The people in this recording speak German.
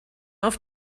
auf